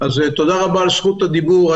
רבה על זכות הדיבור.